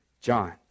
John